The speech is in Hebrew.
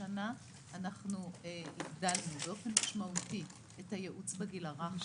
השנה אנחנו הגדלנו באופן משמעותי את הייעוץ בגיל הרך,